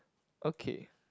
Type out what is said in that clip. okay